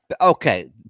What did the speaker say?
Okay